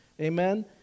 Amen